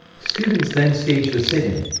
students then staged a sit-in.